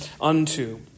unto